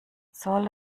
zoll